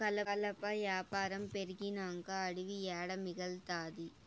కలప యాపారం పెరిగినంక అడివి ఏడ మిగల్తాది